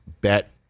bet